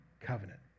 covenant